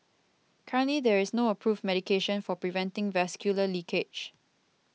currently there is no approved medication for preventing vascular leakage